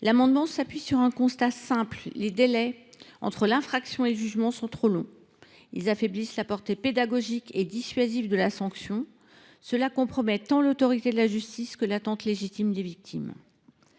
L’amendement s’appuie sur un constat simple : les délais entre l’infraction et le jugement sont trop longs, ils affaiblissent la portée pédagogique et dissuasive de la sanction. Cela compromet l’autorité de la justice et empêche de répondre à l’attente légitime des victimes.